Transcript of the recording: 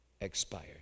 expired